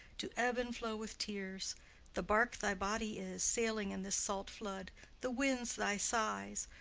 do ebb and flow with tears the bark thy body is sailing in this salt flood the winds, thy sighs,